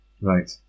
Right